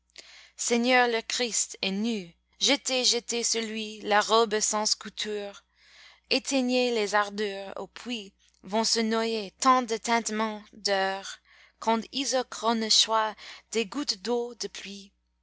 seigneur le christ est nu jetez jetez sur lui la robe sans couture éteignez les ardeurs au puits vont se noyer tant de tintements d'heures quand isochrones choient des gouttes d'eau de pluie